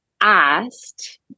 asked